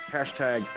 hashtag